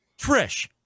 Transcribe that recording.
Trish